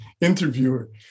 interviewer